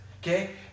okay